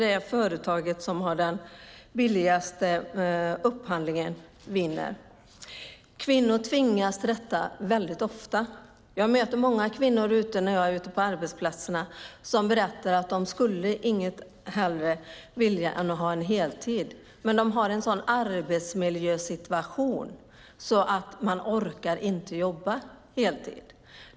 Det företag som har den billigaste upphandlingen vinner. Kvinnor tvingas ofta till detta. Jag möter många kvinnor ute på arbetsplatser som säger att de inget hellre skulle vilja än att ha en heltid, men de har en sådan arbetsmiljösituation att de inte orkar jobba heltid.